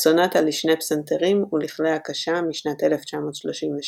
הסונאטה לשני פסנתרים ולכלי הקשה משנת 1937,